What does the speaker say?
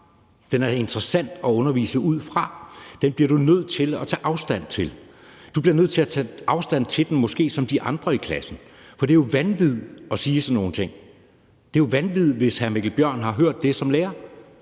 Den er interessant at undervise ud fra, og den bliver du nødt til at tage afstand fra. Du bliver nødt til at tage afstand fra den, måske som de andre i klassen, for det er jo vanvid at sige sådan nogle ting. Det er jo vanvid, hvis hr. Mikkel Bjørn har hørt det som lærer.